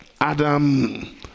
adam